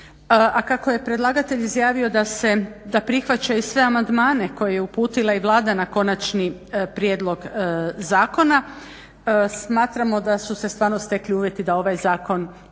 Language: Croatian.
a kako je predlagatelj izjavio da prihvaćaju sve amandmane koje je uputila i Vlada na konačni prijedlog zakona smatramo da su se stvarno stekli uvjeti da ovaj zakon